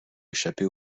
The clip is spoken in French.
échappé